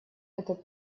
этот